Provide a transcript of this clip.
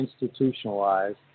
institutionalized